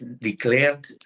declared